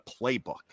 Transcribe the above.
playbook